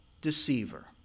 deceiver